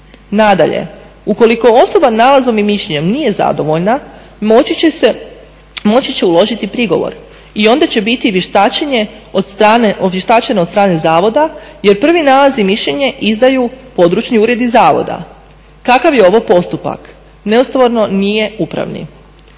Nadalje, ukoliko osoba nalazom i mišljenjem nije zadovoljna moći će uložiti prigovor i onda će biti vještačena od strane Zavoda, jer prvi nalaz i mišljenje izdaju područni uredi zavoda. Kakav je ovo postupak? …/Govornica se ne